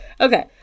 okay